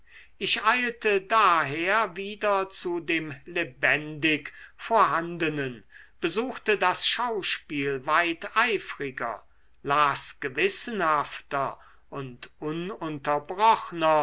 ich eilte daher wieder zu dem lebendig vorhandenen besuchte das schauspiel weit eifriger las gewissenhafter und ununterbrochner